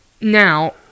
Now